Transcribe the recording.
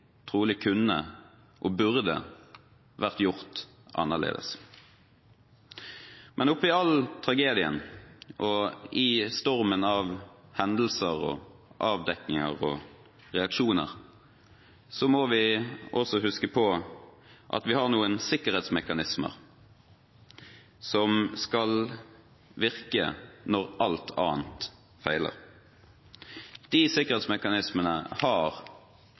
trolig kunne og burde vært gjort annerledes. Men oppi all tragedien og i stormen av hendelser, avdekkinger og reaksjoner må vi også huske på at vi har noen sikkerhetsmekanismer som skal virke når alt annet feiler. De sikkerhetsmekanismene har